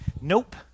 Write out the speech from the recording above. Nope